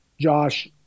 Josh